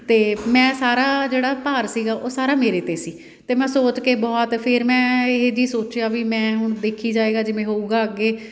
ਅਤੇ ਮੈਂ ਸਾਰਾ ਜਿਹੜਾ ਭਾਰ ਸੀਗਾ ਉਹ ਸਾਰਾ ਮੇਰੇ 'ਤੇ ਸੀ ਅਤੇ ਮੈਂ ਸੋਚ ਕੇ ਬਹੁਤ ਫਿਰ ਮੈਂ ਇਹ ਜੀ ਸੋਚਿਆ ਵੀ ਮੈਂ ਹੁਣ ਦੇਖੀ ਜਾਵੇਗਾ ਜਿਵੇਂ ਹੋਊਗਾ ਅੱਗੇ